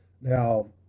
Now